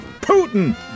Putin